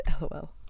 lol